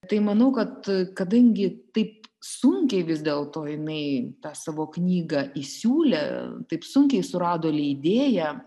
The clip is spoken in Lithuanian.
tai manau kad kadangi tai sunkiai vis dėl to jinai tą savo knygą įsiūlė taip sunkiai surado leidėją